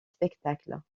spectacles